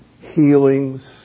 healings